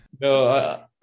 No